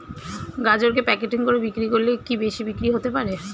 গাজরকে প্যাকেটিং করে বিক্রি করলে কি বেশি বিক্রি হতে পারে?